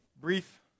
brief